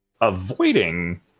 avoiding